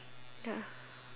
ya